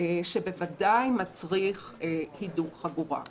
שבוודאי מצריך הידוק חגורה.